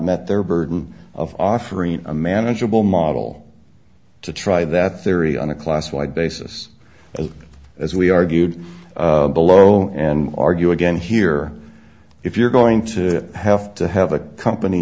met their burden of offering a manageable model to try that theory on a class wide basis as we argued below and argue again here if you're going to have to have a company